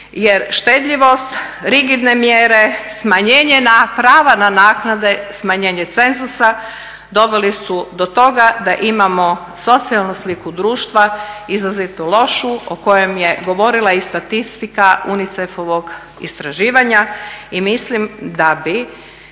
jer štedljivost, rigidne mjere, smanjenje na prava na naknade, smanjenje cenzusa doveli su do toga da imamo socijalnu sliku društva, izrazito lošu o kojem je govorila i statistika UNICEF-ovog istraživanja i mislim da bi